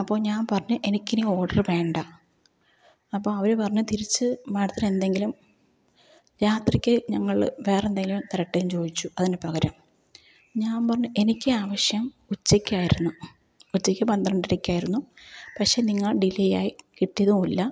അപ്പോള് ഞാൻ പറഞ്ഞു എനിക്കിനി ഓർഡര് വേണ്ട അപ്പോള് അവര് പറഞ്ഞു തിരിച്ച് മാഡത്തിനെന്തെങ്കിലും രാത്രിക്ക് ഞങ്ങൾ വേറെന്തെങ്കിലും തരട്ടേന്ന് ചോദിച്ചു അതിന് പകരം ഞാൻ പറഞ്ഞു എനിക്കാവശ്യം ഉച്ചയ്ക്കായിരുന്നു ഉച്ചയ്ക്ക് പന്ത്രണ്ടരയ്ക്കായിരുന്നു പക്ഷേ നിങ്ങൾ ഡിലെ ആയി കിട്ടിയതുമില്ല